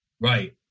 Right